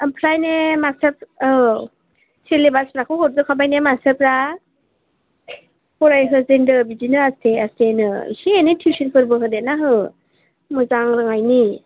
ओमफ्रायनो मासथार औ सेलेबासफ्राखौ हरजोब खाबायने मासथारफ्रा फराय होजेनदो बिदिनो आसथे आसथेनो एसे एनै थिउसनफोरबो होदेरना हो मोजां रोंनायनि